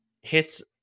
Hits